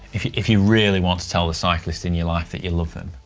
if you if you really want to tell the cyclist in your life that you love them,